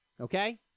Okay